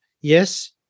yes